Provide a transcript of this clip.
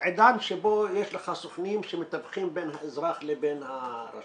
עידן שבו יש לך סוכנים שמתווכים בין אזרח לבין הרשות.